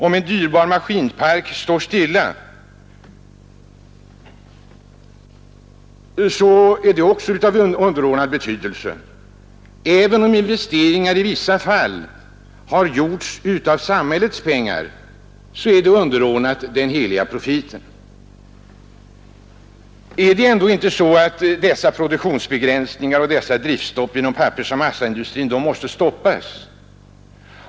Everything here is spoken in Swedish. Om en dyrbar maskinpark står stilla är också av underordnad betydelse. Även om investeringarna i vissa fall har skett med samhällets pengar, så är detta underordnat den heliga profiten. Måste inte dessa produktionsbegränsningar och dessa driftstopp inom massaindustrin stoppas?